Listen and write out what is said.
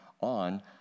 on